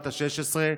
בת ה-16,